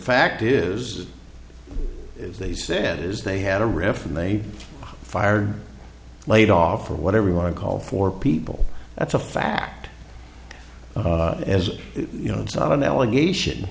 fact is they said is they had a riff and they fired or laid off or whatever you want to call for people that's a fact as you know it's not an allegation